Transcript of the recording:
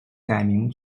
改名